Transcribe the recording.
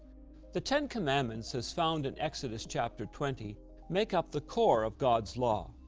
the ten commandments as found in exodus chapter twenty make up the core of god's law.